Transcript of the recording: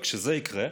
וכשזה יקרה,